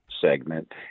segment –